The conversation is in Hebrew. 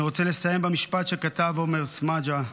אני רוצה לסיים במשפט שכתב עומר סמדג'ה,